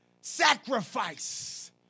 sacrifice